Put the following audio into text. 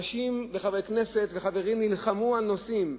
אנשים, חברי כנסת וחברים נלחמו על נושאים,